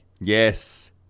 Yes